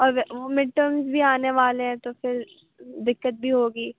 اور وہ mid terms بھی آنے والے ہیں تو پھر دقت بھی ہوگی